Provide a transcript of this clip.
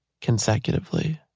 consecutively